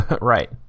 Right